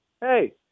hey